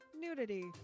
nudity